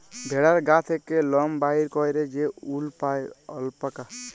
ভেড়ার গা থ্যাকে লম বাইর ক্যইরে যে উল পাই অল্পাকা